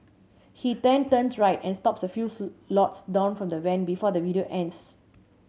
he then turns right and stops a few lots down from the van before the video ends